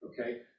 okay